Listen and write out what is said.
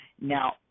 Now